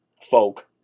folk